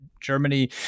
Germany